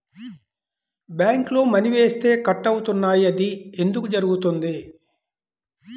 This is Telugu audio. బ్యాంక్లో మని వేస్తే కట్ అవుతున్నాయి అది ఎందుకు జరుగుతోంది?